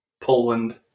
Poland